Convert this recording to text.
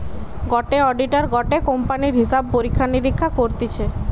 গটে অডিটার গটে কোম্পানির হিসাব পরীক্ষা নিরীক্ষা করতিছে